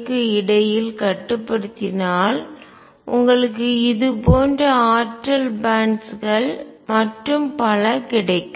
க்கு இடையில் கட்டுப்படுத்தினால் உங்களுக்கு இது போன்ற ஆற்றல் பேன்ட்ஸ்கள் பட்டைகள் மற்றும் பல கிடைக்கும்